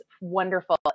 wonderful